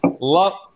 Love